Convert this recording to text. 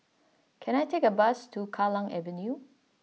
can I take a bus to Kallang Avenue